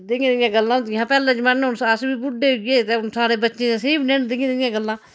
देइयां देइयां गल्लां होदियां हियां पैह्लैं जमान्नै हून अस बी बुड्ढे होई गे ते हून साढ़े बच्चें सेही बी नेईं होनियां देइयां देइयां गल्लां